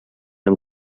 amb